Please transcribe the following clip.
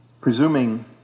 Presuming